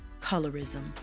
colorism